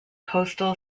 coastal